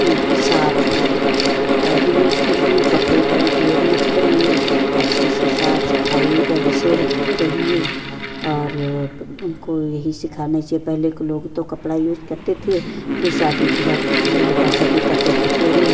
साफ़ pad use करिए कपड़े का उपयोग मत करिए अच्छे से साफ़ सफ़ाई कैसे रख से रहीए और उनको यही सिखाना से पहले के लोग तो कपड़ा यूज़ करते थे फिर फिर शादी के बाद ये होता था कि करते थे कि अरे